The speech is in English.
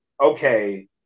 okay